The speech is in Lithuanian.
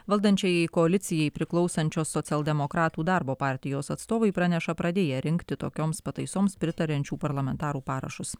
valdančiajai koalicijai priklausančios socialdemokratų darbo partijos atstovai praneša pradėję rinkti tokioms pataisoms pritariančių parlamentarų parašus